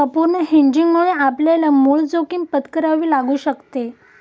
अपूर्ण हेजिंगमुळे आपल्याला मूळ जोखीम पत्करावी लागू शकते